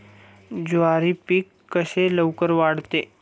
ज्वारी पीक कसे लवकर वाढते?